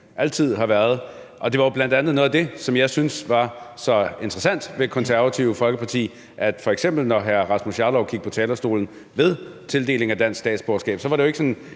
altid har været, og det var jo bl.a. noget af det, som jeg syntes var så interessant ved Konservative Folkeparti: at f.eks. når hr. Rasmus Jarlov gik på talerstolen ved tildeling af dansk statsborgerskab, var det jo ikke sådan en